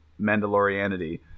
Mandalorianity